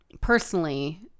personally